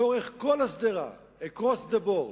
לאורך כל השדרה, across the board,